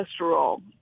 Cholesterol